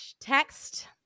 text